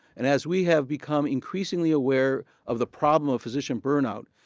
and as we have become increasingly aware of the problem of physician burnout,